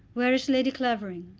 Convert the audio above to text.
where is lady clavering?